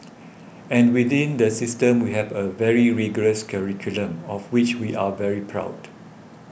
and within the system we have a very rigorous curriculum of which we are very proud